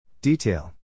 Detail